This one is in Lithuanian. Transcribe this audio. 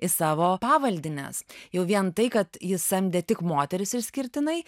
į savo pavaldines jau vien tai kad jis samdė tik moteris išskirtinai